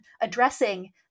addressing